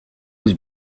was